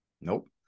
Nope